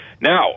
Now